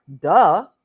duh